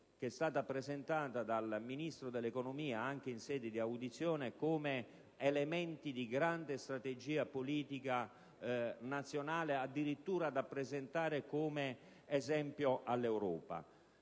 zero", presentata dal Ministro dell'economia, anche in sede di audizione, come elemento di grande strategia politica nazionale, addirittura da prospettare come esempio all'Europa.